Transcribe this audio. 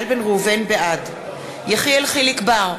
בעד יחיאל חיליק בר,